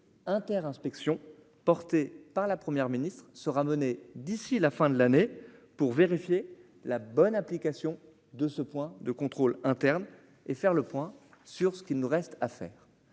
inter inspection porté par la première ministre sera menée d'ici la fin de l'année pour vérifier la bonne application de ce point de contrôle interne et faire le point sur ce qu'il nous reste à faire,